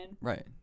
Right